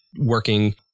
working